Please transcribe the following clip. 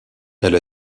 elle